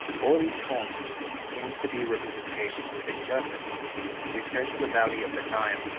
all these forms seem to be representations of a serpent we turn to the valley of the nile,